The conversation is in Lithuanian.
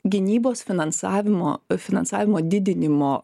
gynybos finansavimo finansavimo didinimo